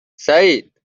سعید